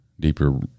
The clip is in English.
Deeper